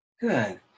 Good